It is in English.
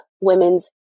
women's